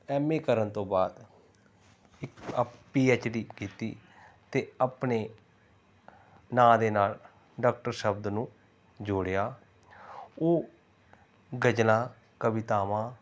M A ਕਰਨ ਤੋਂ ਬਾਅਦ ਪੀ ਐਚ ਡੀ ਕੀਤੀ ਅਤੇ ਆਪਣੇ ਨਾਂ ਦੇ ਨਾਲ ਡਾਕਟਰ ਸ਼ਬਦ ਨੂੰ ਜੋੜਿਆ ਉਹ ਗਜ਼ਲਾਂ ਕਵਿਤਾਵਾਂ